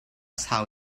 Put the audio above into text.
sau